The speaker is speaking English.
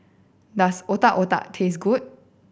does Otak Otak taste good